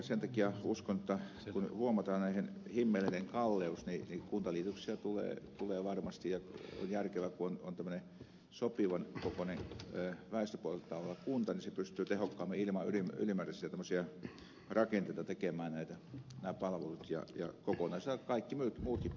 sen takia uskon jotta kun huomataan näiden himmeleiden kalleus niin kuntaliitoksia tulee varmasti ja on järkevää että kun on tämmöinen väestöpohjaltaan sopivan kokoinen kunta niin se pystyy tehokkaammin ilman tämmöisiä ylimääräisiä rakenteita tekemään nämä palvelut ja kokonaisena kaikki muutkin palvelut